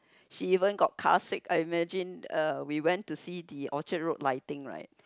she even got car sick I imagine uh we went to see the Orchard-Road lighting right